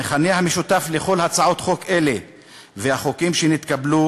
המכנה המשותף של כל הצעות החוק האלה והחוקים שנתקבלו